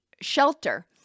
shelter